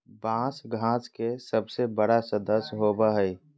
बाँस घास के सबसे बड़ा सदस्य होबो हइ